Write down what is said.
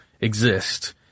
exist